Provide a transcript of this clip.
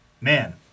man